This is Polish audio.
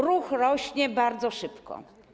Ruch rośnie bardzo szybko.